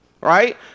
right